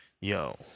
yo